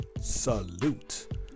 salute